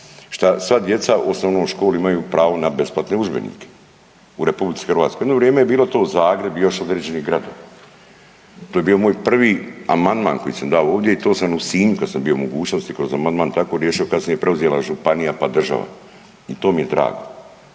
što sva djeca u osnovnoj školi imaju pravo na besplatne udžbenike u Republici Hrvatskoj. Jedno vrijeme je bilo to Zagreb i još određeni gradovi. To je bio moj prvi amandman koji sam dao ovdje i to sam u Sinju kada sam bio u mogućnosti kroz amandman tako riješio kada je preuzela županija, pa država i to mi je drago.